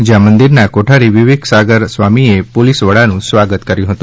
જ્યાં મંદિર ના કોઠારી વિવેકસાગર સ્વામીએ પોલીસ વડા નું સ્વાગત કર્યું હતું